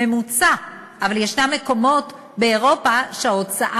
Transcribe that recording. אבל יש מקומות באירופה שבהם ההוצאה